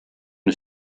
une